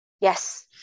Yes